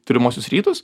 tolimuosius rytus